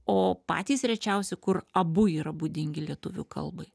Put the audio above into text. o patys rečiausi kur abu yra būdingi lietuvių kalbai